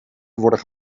worden